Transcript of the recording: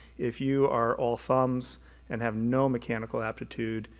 if you are all thumbs and have no mechanical aptitude,